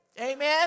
Amen